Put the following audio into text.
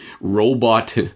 robot